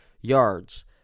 yards